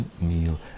meal